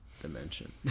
Dimension